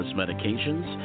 medications